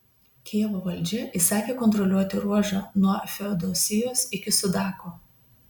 kijevo valdžia įsakė kontroliuoti ruožą nuo feodosijos iki sudako